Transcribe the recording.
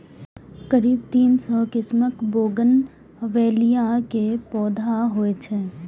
करीब तीन सय किस्मक बोगनवेलिया के पौधा होइ छै